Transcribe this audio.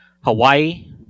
Hawaii